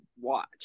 watch